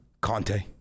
Conte